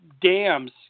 dams